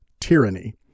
tyranny